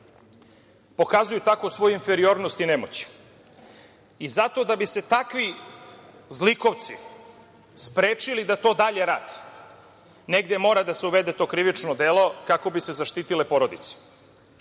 pokazuju svoju inferiornost i nemoć. Zato, da bi se takvi zlikovci sprečili da to dalje rade, negde mora da se uvede to krivično delo kako bi se zaštitile porodice. Nije